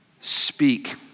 speak